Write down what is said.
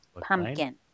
Pumpkin